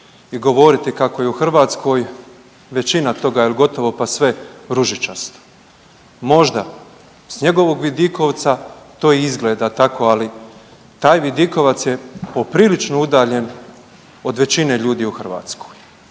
i govoriti kako je u Hrvatskoj većina toga ili gotovo pa sve ružičasto. Možda s njegovog vidikovca to izgleda tako, ali taj vidikovac je poprilično udaljen od većine ljudi u Hrvatskoj.